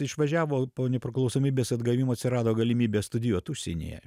išvažiavo po nepriklausomybės atgavimo atsirado galimybė studijuot užsienyje